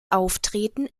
auftreten